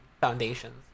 foundations